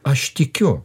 aš tikiu